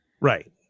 Right